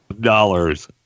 dollars